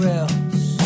else